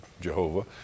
Jehovah